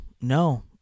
no